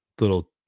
little